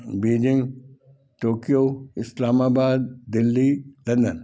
Beijing Tokyo Islamabad Delhi London